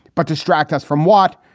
but distract us from what?